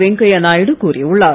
வெங்கைய நாயுடு கூறியுள்ளார்